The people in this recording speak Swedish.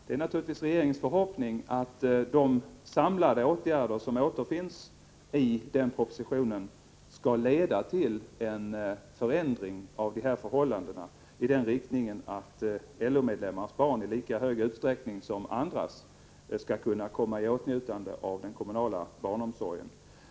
Det är naturligtvis regeringens förhoppning att de samlade åtgärder som återfinns i den propositionen skall leda till en förändring av dessa förhållanden i en sådan riktning att LO-medlemmarnas barn i lika stor utsträckning som andras skall komma i åtnjutande av den kommunala barnomsorgen.